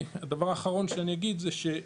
הדבר האחרון שאני אגיד הוא,